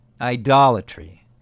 Idolatry